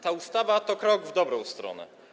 Ta ustawa to krok w dobrą stronę.